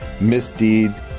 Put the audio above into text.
misdeeds